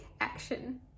action